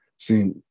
See